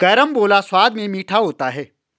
carambola स्वाद में मीठा होता है